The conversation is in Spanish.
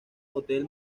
hotel